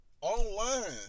online